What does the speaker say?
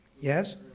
Yes